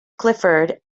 clifford